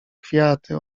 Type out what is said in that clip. kwiaty